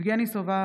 יבגני סובה,